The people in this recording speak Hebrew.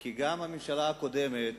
כי גם הממשלה הקודמת